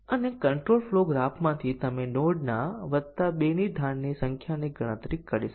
હવે આ બંનેને સાચું અને ખોટું રાખીને 10 થી વધુ ખોટા સેટ કરશે